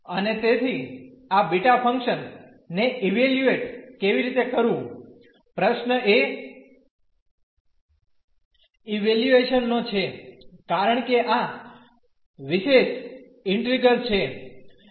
અને તેથી આ બીટા ફંક્શન ને ઇવેલ્યુએટ કેવી રીતે કરવું પ્રશ્ન એ ઇવેલ્યુએશન નો છે કારણ કે આ વિશેષ ઇન્ટિગ્રેલ્સ છે